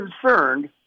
concerned